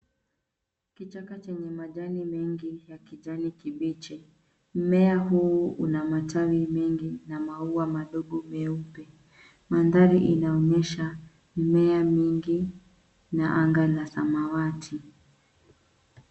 Kichaka chenye majani mingi ya kijani kibichi. Mmea huu una matawi mengi na maua madogo meupe. Mandhari inaonyesha mimea mingi na anga la samawati.